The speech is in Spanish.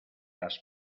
las